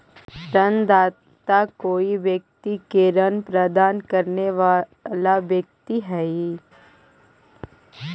ऋणदाता कोई व्यक्ति के ऋण प्रदान करे वाला व्यक्ति हइ